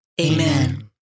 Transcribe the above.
Amen